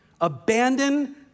Abandon